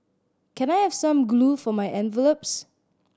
can I have some glue for my envelopes